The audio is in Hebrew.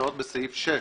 שנמצאות בסעיף 6,